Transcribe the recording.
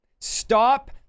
stop